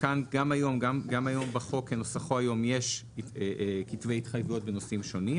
וכאן גם היום בחוק כנוסחו היום יש כתבי התחייבויות בנושאים שונים.